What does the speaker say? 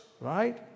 right